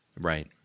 right